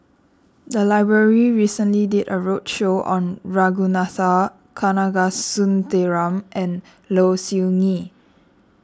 the library recently did a roadshow on Ragunathar Kanagasuntheram and Low Siew Nghee